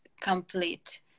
complete